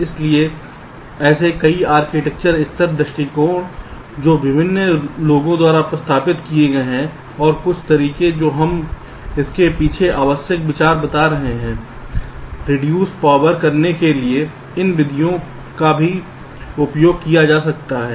इसलिए कई ऐसे आर्किटेक्चर स्तर दृष्टिकोण जो विभिन्न लोगों द्वारा प्रस्तावित किए गए हैं और कुछ तरीके जो हम इसके पीछे आवश्यक विचार बता रहे हैं रिड्यूस पावर करने के लिए इन विधियों का फिर से उपयोग किया जा सकता है